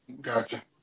Gotcha